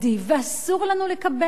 ואסור לנו לקבל את זה.